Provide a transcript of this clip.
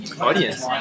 audience